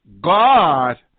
God